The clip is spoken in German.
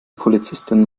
polizistin